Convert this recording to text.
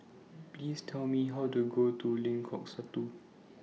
Please Tell Me How to get to Lengkok Satu